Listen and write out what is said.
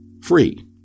free